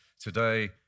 Today